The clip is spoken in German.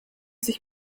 sich